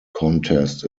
contest